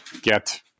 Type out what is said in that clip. get